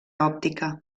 òptica